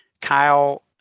Kyle